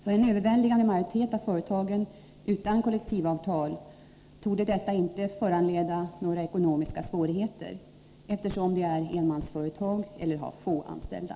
För en överväldigande majoritet av företagen utan kollektivavtal torde detta inte föranleda några ekonomiska svårigheter, eftersom de är enmansföretag eller har få anställda.